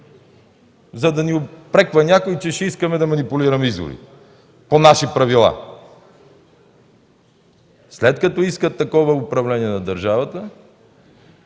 за да ни упреква някой, че ще искаме да манипулираме изборите по наши правила. След като искат такова управление на държавата,